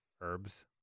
Herbs